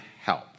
help